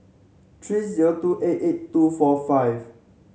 three zero two eight eight two four five